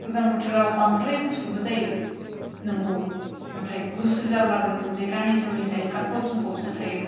गोजां बोथोराव बांद्राय गुसुबो जायो नंगौ नाथाय गुसु जाब्लाबो जों जे गानै जोमै थायो गानफब जोमफबसो थायो